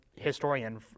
historian